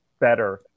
better –